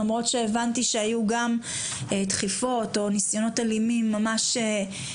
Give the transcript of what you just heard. למרות שהבנתי שהיו גם דחיפות או ניסיונות אלימים ממש כלפייך.